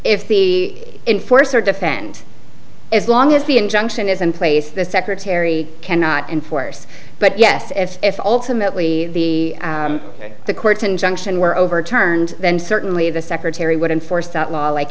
if the in force or defend as long as the injunction is in place the secretary cannot enforce but yes if also mentally the the court injunction were overturned then certainly the secretary would enforce that law like